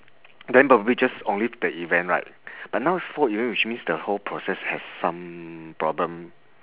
then probably just omit the event right but now is four event which means the whole process has some problem